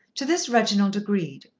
to this reginald agreed,